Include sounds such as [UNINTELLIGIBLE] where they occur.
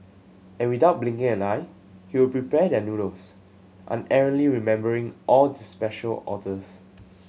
and without blinking an eye he would prepare their noodles unerringly remembering all [UNINTELLIGIBLE] special orders